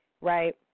Right